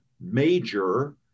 major